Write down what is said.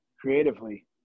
creatively